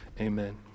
Amen